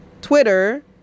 Twitter